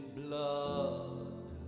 blood